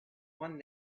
one